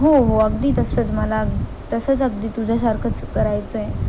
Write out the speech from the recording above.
हो हो अगदी तसंच मला अग तसंच अगदी तुझ्यासारखंच करायचं आहे